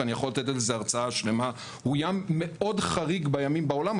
ואני יכול לתת על זה הרצאה שלמה הוא ים מאוד חריג בימים בעולם,